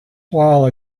while